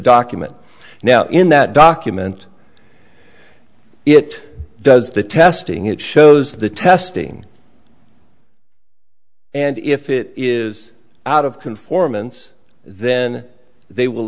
document now in that document it does the testing it shows the testing and if it is out of conformance then they will